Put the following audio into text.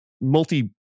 multi